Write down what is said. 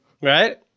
right